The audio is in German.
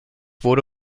wurde